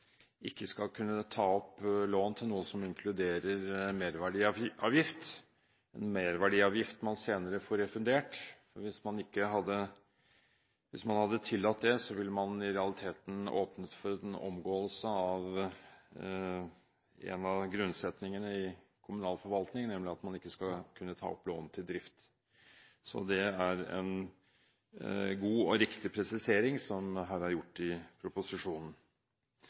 ikke skal kunne ta opp lån til noe som inkluderer merverdiavgift – en merverdiavgift man senere får refundert. Hvis man hadde tillatt det, ville man i realiteten åpnet for en omgåelse av en av grunnsetningene i kommunalforvaltningen, nemlig at man ikke skal kunne ta opp lån til drift. Så det er en god og riktig presisering som er gjort i proposisjonen.